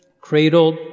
cradled